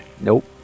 nope